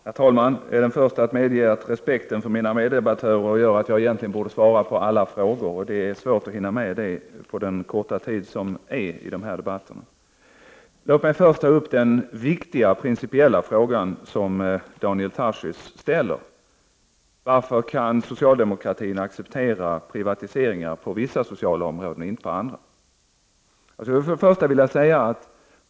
Herr talman! Jag är den förste att medge att respekten för mina meddebattörer egentligen borde leda till att jag svarar på alla frågor. Det är svårt att hinna med det på den korta tid som står till förfogande i de här debatterna. Låt mig först ta upp den viktiga och principiella fråga som Daniel Tarschys ställer: Varför kan socialdemokratin acceptera privatisering på vissa sociala områden men inte på andra?